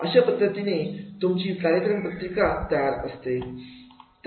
अशा पद्धतीने तुमची कार्यक्रम पत्रिका असते